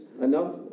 enough